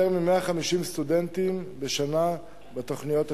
יותר מ-150 סטודנטים בשנה בתוכניות השונות.